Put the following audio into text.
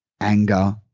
anger